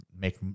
make